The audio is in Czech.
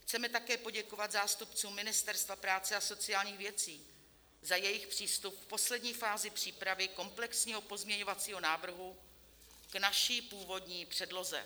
Chceme také poděkovat zástupcům Ministerstva práce a sociálních věcí za jejich přístup v poslední fázi přípravy komplexního pozměňovacího návrhu k naší původní předloze.